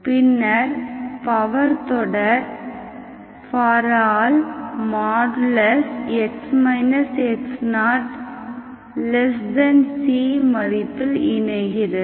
பின்னர் பவர் தொடர் x x0c மதிப்பில் இணைகிறது